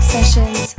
Sessions